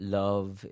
love